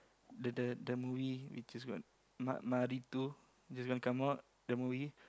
the the the movie which is called ma~ which is going to come out the movie